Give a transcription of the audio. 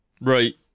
Right